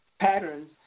patterns